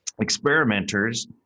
Experimenters